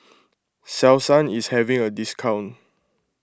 Selsun is having a discount